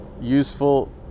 useful